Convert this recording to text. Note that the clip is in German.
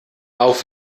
auf